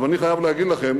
אבל אני חייב להגיד לכם